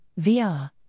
VR